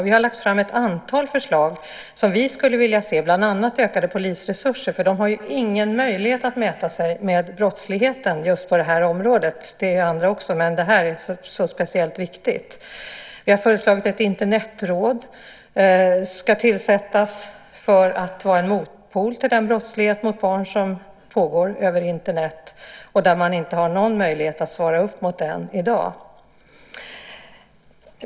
Vi har lagt fram ett antal förslag, bland annat skulle vi vilja se ökade polisresurser. De har ingen möjlighet att mäta sig med brottsligheten just på det här området. Det gäller andra områden också, men det här är speciellt viktigt. Vi har föreslagit att ett Internetråd ska tillsättas för att vara en motpol till den brottslighet mot barn som pågår över Internet. Man har inte någon möjlighet att svara upp mot den i dag.